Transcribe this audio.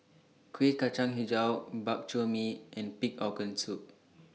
Kueh Kacang Hijau Bak Chor Mee and Pig Organ Soup